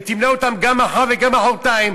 ותמנה אותם גם מחר וגם מחרתיים,